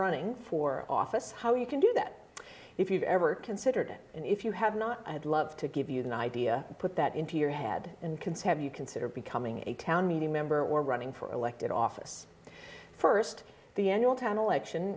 running for office how you can do that if you've ever considered and if you have not i'd love to give you an idea put that into your head and can save you consider becoming a town meeting member or running for elected office